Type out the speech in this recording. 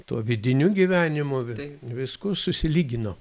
tuo vidiniu gyvenimu visku susilygino